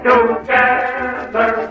Together